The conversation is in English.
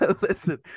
Listen